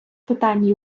питань